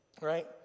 right